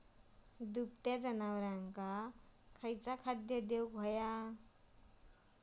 दुभत्या जनावरांका खयचा खाद्य देऊक व्हया?